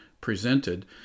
presented